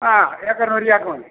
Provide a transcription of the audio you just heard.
അ ഏക്കറിന് ഒരു ചാക്കുമതി